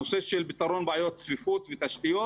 הנושא של פתרון בעיות צפיפות ותשתיות.